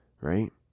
right